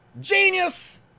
genius